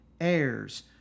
heirs